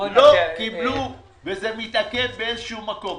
לא קיבלו, וזה מתעכב באיזשהו מקום.